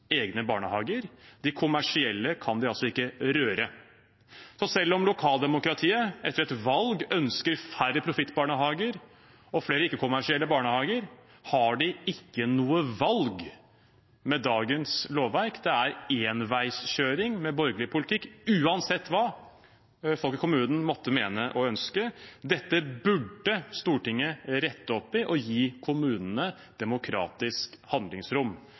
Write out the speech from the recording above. egne barnehager. De kommersielle kan de ikke røre. Så selv om lokaldemokratiet etter et valg ønsker færre profittbarnehager og flere ikke-kommersielle barnehager, har de ikke noe valg med dagens lovverk. Det er enveiskjøring med borgerlig politikk, uansett hva folk i kommunen måtte mene og ønske. Dette burde Stortinget rette opp i og gi kommunene et demokratisk handlingsrom.